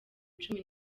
cumi